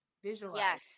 Visualize